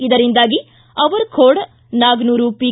ಇದರಿಂದಾಗಿ ಅವರಖೋಡ ನಾಗನೂರ ಪಿ